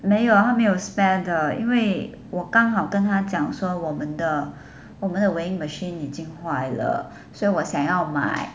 没有 lah 她没有 spare 的因为我刚好跟她讲说我们的我们的 weighing machine 已经坏了所以我想要买